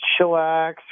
chillax